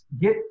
get